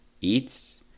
Eats